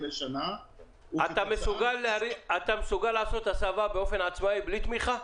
לשנה -- אתה מסוגל לעשות הסבה באופן עצמאי בלי תמיכה?